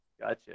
gotcha